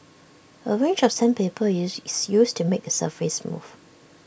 A range of sandpaper use is used to make the surface smooth